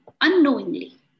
unknowingly